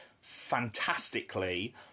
fantastically